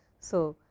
so,